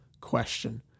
question